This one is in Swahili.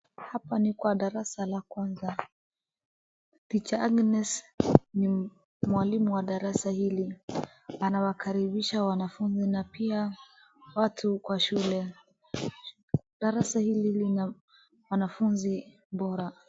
Hapa kwa darasa la kwanza. Teacher Agnes ni mwalimu wa darasa hili. Anawakaribisha wanafunzi na pia watu kwa shule. Darasa hili lina wanafunzi bora.